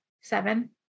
seven